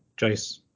Jace